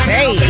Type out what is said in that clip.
Hey